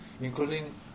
including